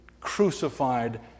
crucified